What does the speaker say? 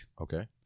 okay